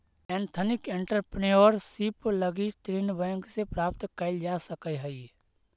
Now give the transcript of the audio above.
ethnic entrepreneurship लगी ऋण bank से प्राप्त कैल जा सकऽ हई